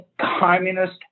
communist